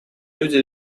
люди